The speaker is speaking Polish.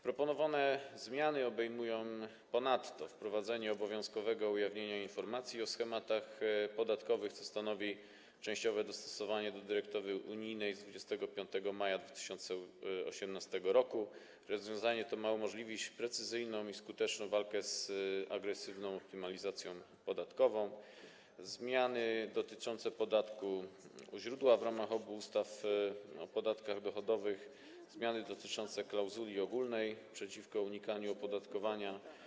Proponowane zmiany obejmują ponadto wprowadzenie: obowiązkowego ujawniania informacji o schematach podatkowych, co stanowi częściowe dostosowanie do dyrektywy unijnej z 25 maja 2018 r. - rozwiązanie to ma umożliwić precyzyjną i skuteczną walkę z agresywną optymalizacją podatkową - zmiany dotyczące podatku u źródła w ramach obu ustaw o podatkach dochodowych, zmiany dotyczące klauzuli ogólnej przeciwko unikaniu opodatkowania.